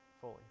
fully